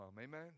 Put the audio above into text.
amen